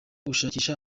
gushakisha